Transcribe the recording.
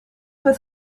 with